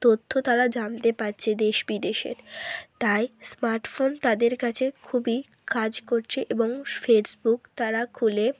তথ্য তারা জানতে পারছে দেশ বিদেশের তাই স্মার্টফোন তাদের কাছে খুবই কাজ করছে এবং ফেসবুক তারা খুলে